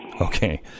Okay